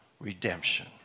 Redemption